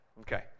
Okay